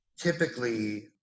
Typically